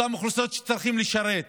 הם צריכים לשרת,